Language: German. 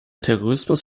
terrorismus